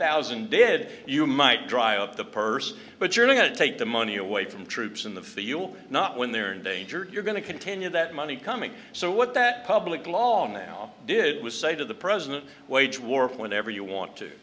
thousand dead you might dry up the purse but you're going to take the money away from troops in the for you'll not when they're in danger you're going to continue that money coming so what that public law now did was say to the president wage war whenever you want to